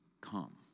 come